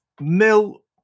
Mill